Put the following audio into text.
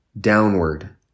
downward